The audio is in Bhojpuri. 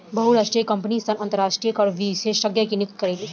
बहुराष्ट्रीय कंपनी सन अंतरराष्ट्रीय कर विशेषज्ञ के नियुक्त करेली